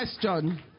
question